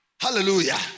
Hallelujah